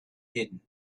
hidden